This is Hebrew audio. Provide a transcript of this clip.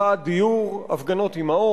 מחאת דיור, הפגנות אמהות,